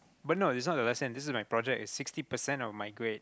but no this one was the same this is my project it's sixty percent of my grade